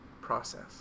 process